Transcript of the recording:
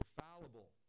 fallible